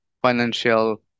Financial